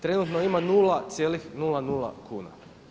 Trenutno ima 0,00 kuna.